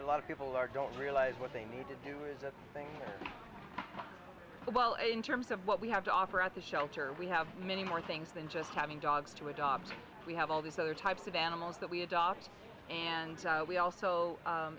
a lot of people are don't realize what they need to do is think well in terms of what we have to offer at the shelter we have many more things than just having dogs to adopt we have all these other types of animals that we adopt and we also